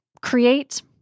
create